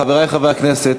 חברי חברי הכנסת,